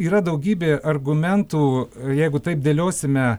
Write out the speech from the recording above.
yra daugybė argumentų jeigu taip dėliosime